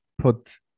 put